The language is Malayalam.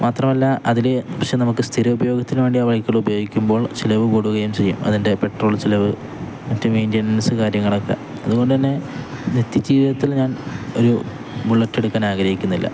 മാത്രമല്ല അതിൽ പക്ഷെ നമുക്ക് സ്ഥിര ഉപയോഗത്തിന് വേണ്ടി ആ ബൈക്കുകൾ ഉപയോഗിക്കുമ്പോൾ ചെലവ് കൂടുകയും ചെയ്യും അതിൻ്റെ പെട്രോൾ ചിലവ് മറ്റെ മെയിൻ്റനൻസ് കാര്യങ്ങളൊക്കെ അതുകൊണ്ടുതന്നെ നിത്യജീവിതത്തിൽ ഞാൻ ഒരു ബുള്ളറ്റ് എടുക്കാൻ ആഗ്രഹിക്കുന്നില്ല